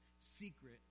secret